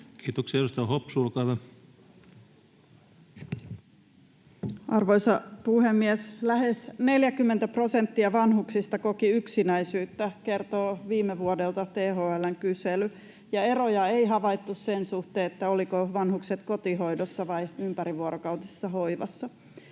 Time: 15:46 Content: Arvoisa puhemies! Lähes 40 prosenttia vanhuksista koki yksinäisyyttä, kertoo viime vuodelta THL:n kysely. Ja eroja ei havaittu sen suhteen, olivatko vanhukset kotihoidossa vai ympärivuorokautisessa hoivassa.